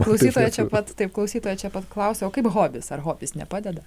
klausytojo čia pat taip klausytojo čia pat klausiau o kaip hobis ar hobis nepadeda